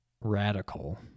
radical